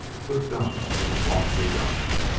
but dumb awfully dumb.